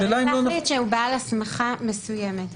צריך להחליט שהוא בעל הסמכה מסוימת.